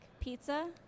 pizza